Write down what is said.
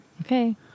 Okay